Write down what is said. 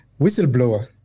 whistleblower